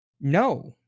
No